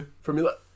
Formula